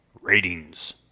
Ratings